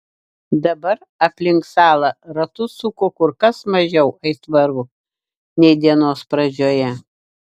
dabar aplink salą ratus suko kur kas mažiau aitvarų nei dienos pradžioje